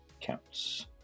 counts